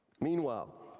Meanwhile